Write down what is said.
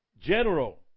general